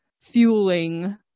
fueling